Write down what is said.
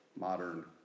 modern